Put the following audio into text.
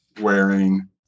wearing